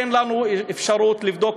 תן לנו אפשרות לבדוק.